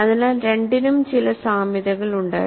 അതിനാൽ രണ്ടിനും ചില സാമ്യതകളുണ്ടായിരുന്നു